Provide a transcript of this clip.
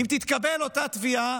אם תתקבל אותה תביעה,